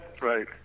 Right